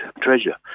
treasure